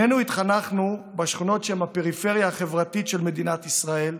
שנינו התחנכנו בשכונות שהן הפריפריה החברתית של מדינת ישראל,